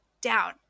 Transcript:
down